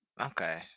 Okay